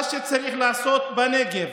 מה שצריך לעשות בנגב